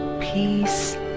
peace